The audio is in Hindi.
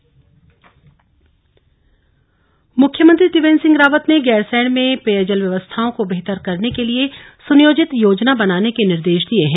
स्थलीय निरीक्षण मुख्यमंत्री त्रिवेन्द्र सिंह रावत ने गैरसैंण में पेयजल व्यवस्थाओं को बेहतर करने के लिए सुनियोजित योजना बनाने के निर्देश दिए हैं